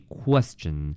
question